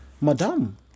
Madame